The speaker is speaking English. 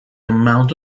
amount